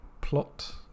plot